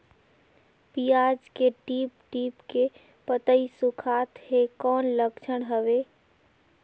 पियाज के टीप टीप के पतई सुखात हे कौन लक्षण हवे?